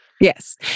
Yes